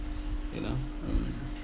you know mm